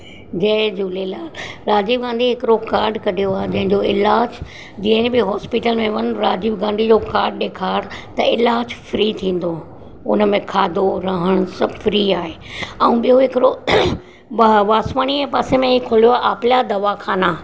जय झूलेलाल राजीव गांधी हिकिड़ो कार्ड कढियो आहे जंहिंजो इलाजु जहिड़ो बि हॉस्पिटल में वञि राजीव गांधी जो कार्ड ॾेखार त इलाज़ु फ्री थींदो उन में खाधो रहणु सभु फ्री आहे ऐं ॿियो हिकिड़ो वा वासवाणी पासे में ई खुलियो आहे आपला दवाखाना